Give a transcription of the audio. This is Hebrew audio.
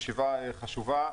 ישיבה חשובה.